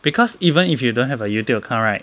because even if you don't have a Youtube account right